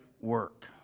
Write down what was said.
work